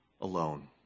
alone